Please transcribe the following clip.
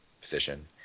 position